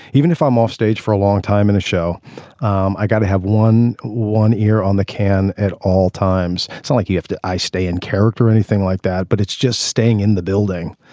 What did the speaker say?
even if i'm off stage for a long time in the show um i got to have one one ear on the can at all times. it's not like you have to. i stay in character or anything like that but it's just staying in the building.